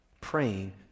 praying